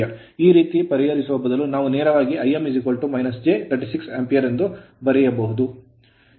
ಈ ರೀತಿ ಪರಿಹರಿಸುವ ಬದಲು ನಾವು ನೇರವಾಗಿ Im j 36 Ampere ಆಂಪಿಯರ ಎಂದು ಬರೆಯಬಹುದು